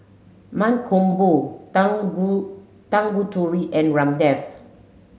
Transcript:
Mankombu Tangu Tanguturi and Ramdev